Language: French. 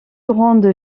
grande